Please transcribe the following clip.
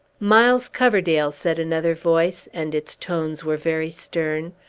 miles coverdale! said another voice and its tones were very stern.